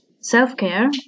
self-care